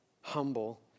humble